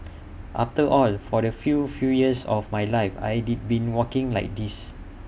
after all for the few few years of my life I'd been walking like this